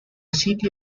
city